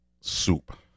soup